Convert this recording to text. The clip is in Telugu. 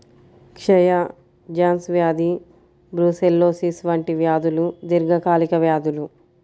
క్షయ, జాన్స్ వ్యాధి బ్రూసెల్లోసిస్ వంటి వ్యాధులు దీర్ఘకాలిక వ్యాధులు